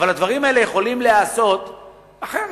אבל הדברים האלה יכולים להיעשות אחרת.